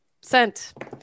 sent